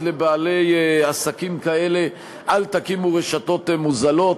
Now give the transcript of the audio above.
לבעלי עסקים כאלה: אל תקימו רשתות זולות,